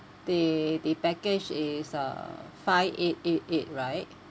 the the package is uh five eight eight eight right